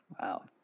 Wow